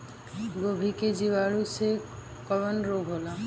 गोभी में जीवाणु से कवन रोग होला?